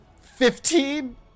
Fifteen